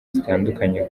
zitandukanye